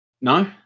No